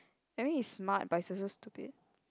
I mean he's smart but he's also stupid